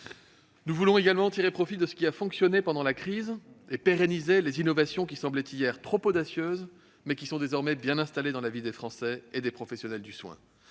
Nous voulons également tirer profit de ce qui a fonctionné pendant la crise et pérenniser des innovations qui semblaient hier audacieuses et qui sont désormais bien présentes dans la vie des Français et des professionnels de santé.